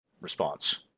response